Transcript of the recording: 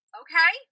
okay